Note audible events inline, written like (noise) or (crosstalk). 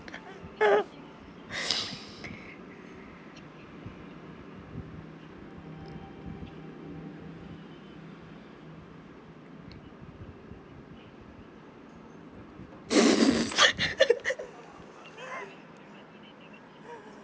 (laughs) (breath) (laughs)